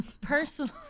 personally